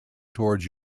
towards